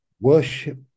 worship